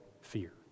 fear